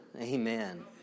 Amen